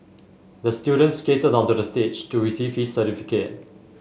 the student skated onto the stage to receive his certificate